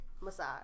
massage